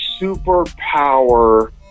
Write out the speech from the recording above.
superpower